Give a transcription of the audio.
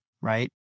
right